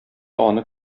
аны